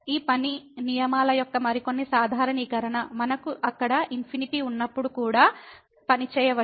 ఈ పని నియమాల యొక్క మరికొన్ని సాధారణీకరణ మనకు అక్కడ ఇన్ఫినిటీ ఉన్నప్పుడు కూడా పని చేయవచ్చు